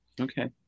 okay